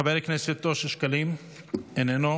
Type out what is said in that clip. חבר הכנסת אושר שקלים, איננו.